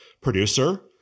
producer